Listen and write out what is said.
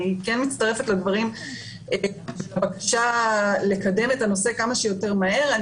אני כן מצטרפת לבקשה לקדם את הנושא כמה שיותר מהר.